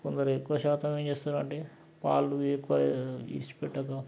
కొందరు ఎక్కువ శాతం ఏం చేస్తారంటే పాలు ఎక్కువగా తీసి పెట్టటం